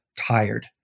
tired